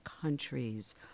countries